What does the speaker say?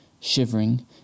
Shivering